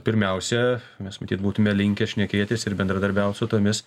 pirmiausia mes matyt būtume linkę šnekėtis ir bendradarbiaut su tomis